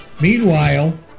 Meanwhile